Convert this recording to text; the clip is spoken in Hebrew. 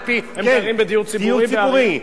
על-פי, זה דיור ציבורי?